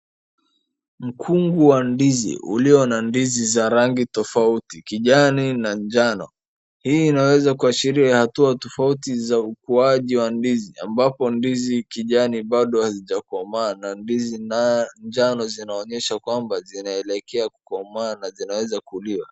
Mkungu wa ndizi ulio na ndizi za rangi tofauti kijani na jano. Hii inaweza kuashiria hatua tofauti za ukuaji wa ndizi ambapo ndizi kijani bado hazijakomaa na ndizi jano zinaonyesha kwamba zinaelekea kukomaa na zinaweza kuliwa.